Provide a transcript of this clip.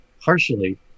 partially